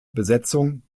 besetzung